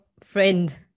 friend